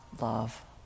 love